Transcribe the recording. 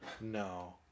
No